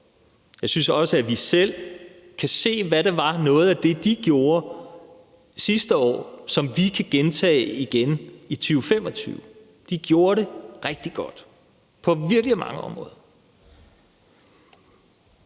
Jeg synes også, at vi selv kan se, hvad noget af det, de gjorde sidste år, var, som vi kan gentage i 2025. De gjorde det rigtig godt på virkelig mange områder.